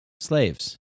slaves